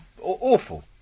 awful